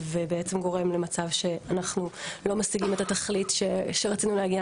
וגורם למצב שאנחנו לא משיגים את התכלית שרצינו להגיע